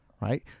Right